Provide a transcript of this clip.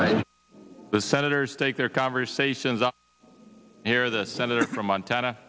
write the senators take their conversations up here the senator from montana